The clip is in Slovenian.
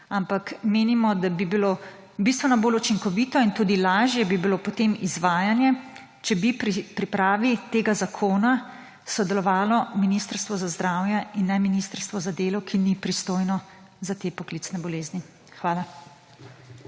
ampak menimo, da bi bilo bistveno bolj učinkovito in tudi potem lažje izvajanje, če bi pri pripravi tega zakona sodelovalo Ministrstvo za zdravje in ne ministrstvo za delo, ki ni pristojno za te poklicne bolezni. Hvala.